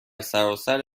سراسر